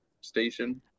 station